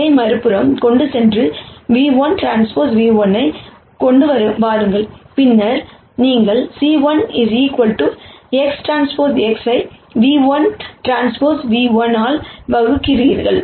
இதை மறுபுறம் கொண்டு சென்று ν₁Tν₁ ஐ கொண்டு வாருங்கள் பின்னர் நீங்கள் c1 XTX ஐ ν₁Tν₁ ஆல் வகுக்கிறீர்கள்